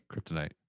kryptonite